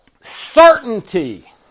Certainty